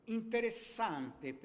interessante